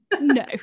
No